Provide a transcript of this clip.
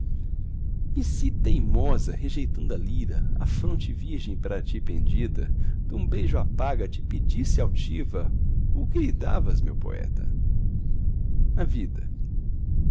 se teimosa rejeitando a lira a fronte virgem para ti pendida dum beijo a paga te pedisse altiva o que lhe davas meu poeta a vida